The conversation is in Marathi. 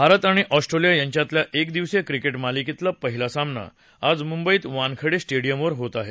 भारत आणि ऑस्ट्रेलिया यांच्यातल्या एकदिवसीय क्रिकेट मालिकेतला पहिला सामना आज मुंबईत वानखेडे स्टेडिअमवर होत आहे